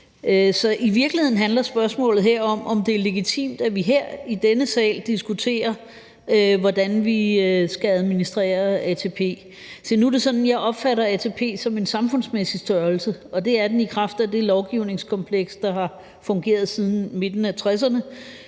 Så i virkeligheden handler spørgsmålet her om, om det er legitimt, at vi her i denne sal diskuterer, hvordan vi skal administrere ATP. Se, nu er det sådan, at jeg opfatter ATP som en samfundsmæssig størrelse, og det er den i kraft af det lovgivningskompleks, der har fungeret siden midten af 1960'erne,